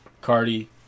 Cardi